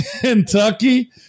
Kentucky